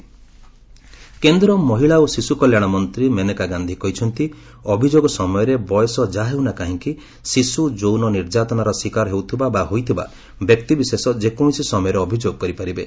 Maneka POCSO କେନ୍ଦ୍ର ମହିଳା ଓ ଶିଶୁ କଲ୍ୟାଣ ମନ୍ତ୍ରୀ ମେନକା ଗାନ୍ଧି କହିଛନ୍ତି ଅଭିଯୋଗ ସମୟରେ ବୟସ ଯାହା ହେଉନା କାହିଁକି ଶିଶୁ ଯୌନ ନିର୍ଯାତନାର ଶିକାର ହେଉଥିବା ବା ହୋଇଥିବା ବ୍ୟକ୍ତିବିଶେଷ ଯେକୌଣସି ସମୟରେ ଅଭିଯୋଗ କରିପାରିବେ